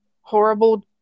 horrible